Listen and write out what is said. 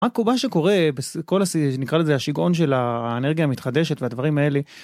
מה שקורה, נקרא לזה השיגעון של האנרגיה המתחדשת והדברים האלה?